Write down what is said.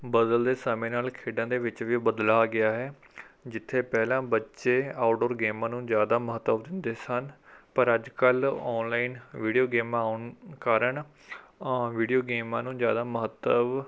ਬਦਲਦੇ ਸਮੇਂ ਨਾਲ ਖੇਡਾਂ ਦੇ ਵਿੱਚ ਵੀ ਬਦਲਾਅ ਆ ਗਿਆ ਹੈ ਜਿੱਥੇ ਪਹਿਲਾਂ ਬੱਚੇ ਆਊਟਡੋਰ ਗੇਮਾਂ ਨੂੰ ਜ਼ਿਆਦਾ ਮਹੱਤਵ ਦਿੰਦੇ ਸਨ ਪਰ ਅੱਜ ਕੱਲ੍ਹ ਔਨਲਾਈਨ ਵੀਡਿਓ ਗੇਮਾਂ ਆਉਣ ਕਾਰਨ ਵੀਡਿਓ ਗੇਮਾਂ ਨੂੰ ਜ਼ਿਆਦਾ ਮਹੱਤਵ